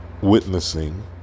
witnessing